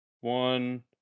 one